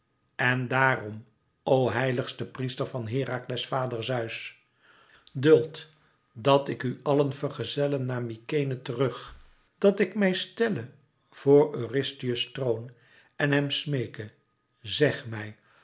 en daarom o heiligste priester van herakles vader zeus duld dat ik u allen vergezelle naar mykenæ terug dat ik mij stelle voor eurystheus troon en hem smeeke zèg mij